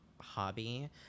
hobby